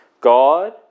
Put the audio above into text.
God